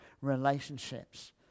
relationships